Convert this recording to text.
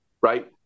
right